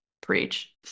preach